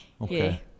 Okay